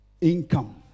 Income